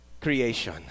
creation